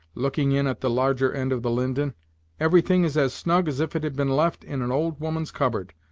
looking in at the larger end of the linden everything is as snug as if it had been left in an old woman's cupboard.